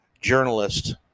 journalist